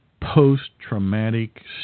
post-traumatic